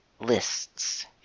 lists